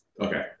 okay